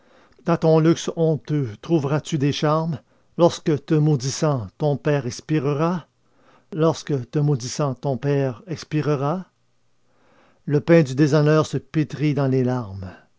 dans un luxe honteux trouveras-tu des charmes lorsque te maudissant ton père expirera bis le pain du déshonneur se pétrit dans les larmes